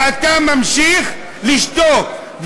ואתה ממשיך לשתוק,